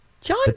John